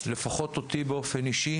לפחות אותי, באופן אישי